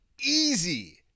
easy